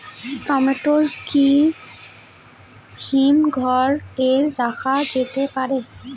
Tomato কি হিমঘর এ রাখা যেতে পারে?